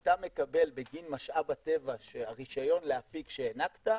אתה מקבל בגין משאב הטבע, הרישיון להפיק שהענקת,